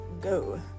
go